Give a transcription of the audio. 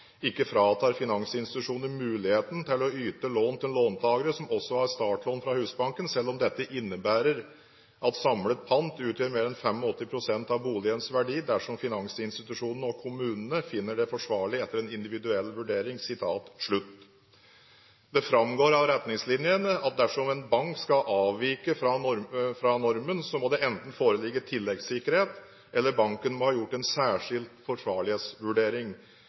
fratar finansinstitusjoner muligheten til å yte lån til låntakere som også har startlån fra Husbanken, selv om dette innebærer at samlet pant utgjør mer enn 85 pst. av boligens verdi, dersom finansinstitusjonene og kommunene finner det forsvarlig etter en individuell vurdering». Det framgår av retningslinjene at dersom en bank skal avvike fra normen, må det enten foreligge tilleggssikkerhet eller banken må ha gjort en særskilt forsvarlighetsvurdering.